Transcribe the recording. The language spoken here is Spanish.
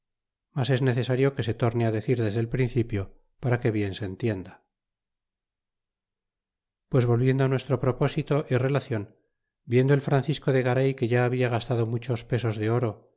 mas es necesario que be torne decir desde el principio para que bien se entienda pues volviendo nuestro propósito y relacion viendo el francisco de garay que ya habla gastado muchos pesos de oro